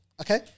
okay